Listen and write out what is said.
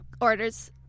orders